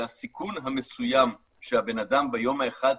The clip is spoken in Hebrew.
והסיכון המסוים שהבן-אדם ביום ה-11,